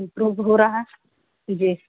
improve ہو رہا ہے جی